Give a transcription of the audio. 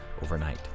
overnight